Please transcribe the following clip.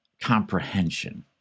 comprehension